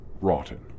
Rotten